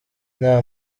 nta